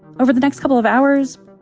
over the next couple of hours,